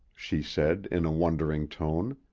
she said, in a wondering tone.